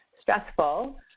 stressful